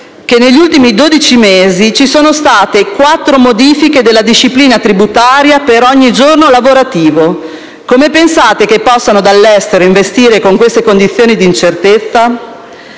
che, negli ultimi 12 mesi, ci sono state quattro modifiche della disciplina tributaria per ogni giorno lavorativo: come pensate che dall'estero possano investire con queste condizioni di incertezza?